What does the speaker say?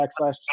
backslash